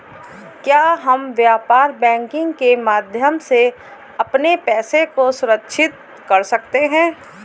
क्या हम व्यापार बैंकिंग के माध्यम से अपने पैसे को सुरक्षित कर सकते हैं?